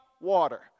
water